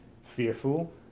fearful